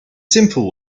simple